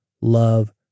love